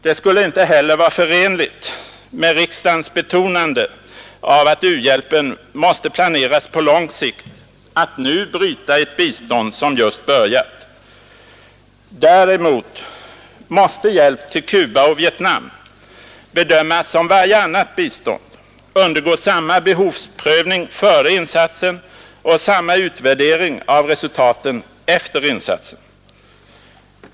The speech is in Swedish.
Det skulle inte heller vara förenligt med riksdagens betonande av att u-hjälpen måste planeras på lång sikt att nu bryta ett bistånd, som just börjat. Däremot måste hjälp till Cuba och Vietnam bedömas som varje annat bistånd, undergå samma behovsprövning före insatsen och samma utvärdering av resultaten efter insatsen.